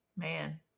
man